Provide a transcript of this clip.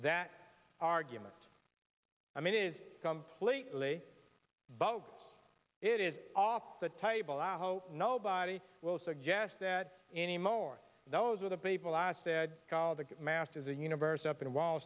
that argument i mean it is completely bogus it is off the table i hope nobody will suggest that anymore those are the people i said call the masters a universe up in wall